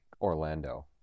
Orlando